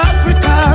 Africa